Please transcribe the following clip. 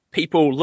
people